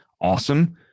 awesome